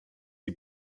sie